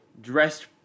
dressed